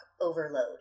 overload